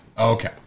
Okay